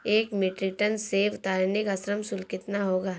एक metric tonne सेव उतारने का श्रम शुल्क कितना होगा?